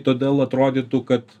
todėl atrodytų kad